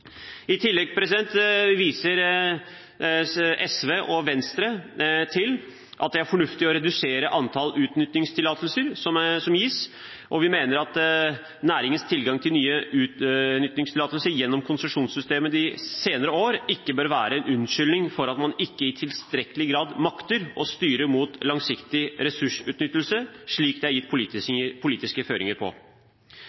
I tillegg viser SV og Venstre til at det er fornuftig å redusere antall utvinningstillatelser som gis, og vi mener at næringens tilgang til nye utvinningstillatelser gjennom konsesjonssystemet de senere årene ikke bør være en unnskyldning for at man ikke i tilstrekkelig grad makter å styre mot langsiktig ressursutnyttelse, slik det er gitt politiske føringer